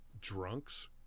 Drunks